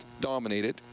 dominated